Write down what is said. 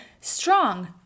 strong